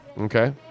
Okay